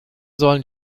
sollen